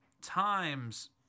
times